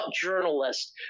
journalist